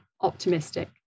optimistic